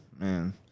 Man